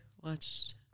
watched